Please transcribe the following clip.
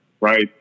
right